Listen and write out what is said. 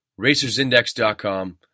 racersindex.com